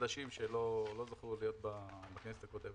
החדשים שלא זכו להיות בכנסת הקודמת,